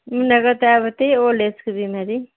उनीहरूको त अब त्यही ओल्ड एजको बिमारी